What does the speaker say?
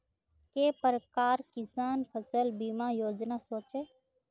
के प्रकार किसान फसल बीमा योजना सोचें?